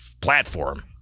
platform